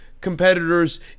Competitors